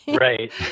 Right